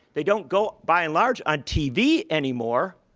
they don't go, by and large, on tv anymore.